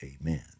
Amen